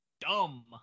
Dumb